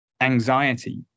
anxiety